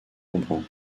comprend